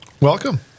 Welcome